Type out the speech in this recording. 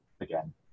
again